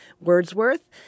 Wordsworth